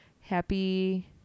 happy